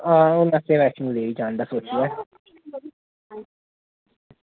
आं हून असे वैष्णो देवी जाने दा सोचेआ